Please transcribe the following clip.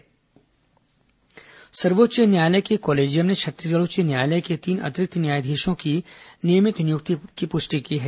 high court नियुक्ति सर्वोच्च न्यायालय के कॉलेजियम ने छत्तीसगढ़ उच्च न्यायालय के तीन अतिरिक्त न्यायाधीशों की नियमित नियुक्ति की पुष्टि की है